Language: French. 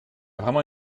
vraiment